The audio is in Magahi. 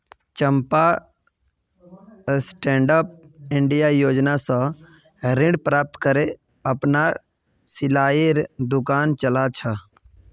चंपा स्टैंडअप इंडिया योजना स ऋण प्राप्त करे अपनार सिलाईर दुकान चला छ